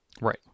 right